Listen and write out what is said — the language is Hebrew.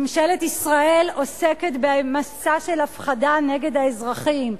ממשלת ישראל עוסקת במסע של הפחדה נגד האזרחים.